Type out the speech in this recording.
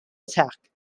attack